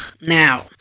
Now